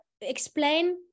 explain